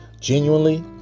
genuinely